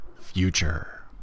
future